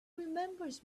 remembers